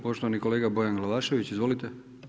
Poštovani kolega Bojan Glavašević, izvolite.